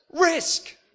Risk